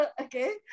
Okay